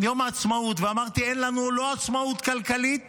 ביום העצמאות, ואמרתי: אין לנו עצמאות כלכלית